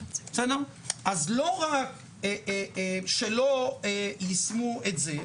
אז לא רק שלא יישמו את זה,